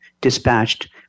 dispatched